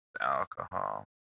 alcohol